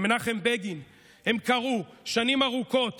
למנחם בגין הם קראו שנים ארוכות